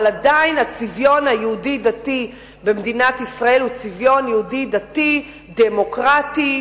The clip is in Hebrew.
אבל עדיין הצביון היהודי-דתי במדינת ישראל הוא צביון יהודי-דתי דמוקרטי,